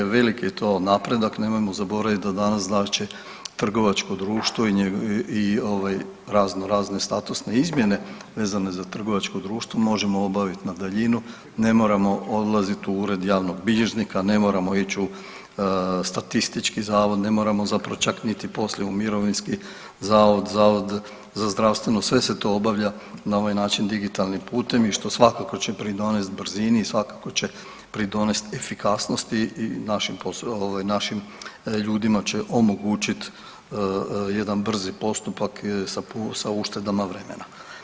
Velik je, velik je to napredak, nemojmo zaboravit da danas znače trgovačko društvo i ovaj razno razne statusne izmjene vezane za trgovačko društvo možemo obavit na daljinu, ne moramo odlazit u ured javnog bilježnika, ne moramo ić u statistički zavod, ne moramo zapravo čak niti poslije u mirovinski zavod, zavod za zdravstveno, sve se to obavlja na ovaj način digitalnim putem i što svakako će pridonest brzini i svakako će pridonest efikasnosti i našim ovaj, našim ljudima će omogućit jedan brzi postupak sa uštedama vremena.